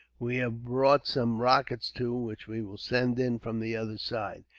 we have brought some rockets, too, which we will send in from the other side.